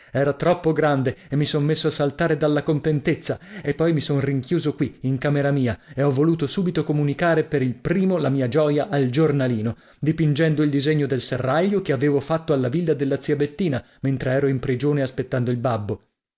era troppo grande e mi son messo a saltare dalla contentezza e poi mi son rinchiuso qui in camera mia e ho voluto subito comunicare per il primo la mia gioia al giornalino dipingendo il disegno del serraglio che avevo fatto alla villa della zia bettina mentre ero in prigione aspettando il babbo